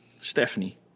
Stephanie